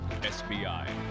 SBI